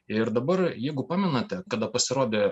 ir dabar jeigu pamenate kada pasirodė